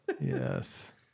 Yes